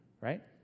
Right